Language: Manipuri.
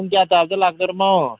ꯄꯨꯡ ꯀꯌꯥ ꯇꯥꯕꯗ ꯂꯥꯛꯇꯣꯔꯤꯃꯣ